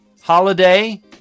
holiday